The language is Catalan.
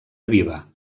aviva